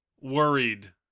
worried